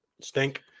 stink